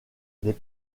des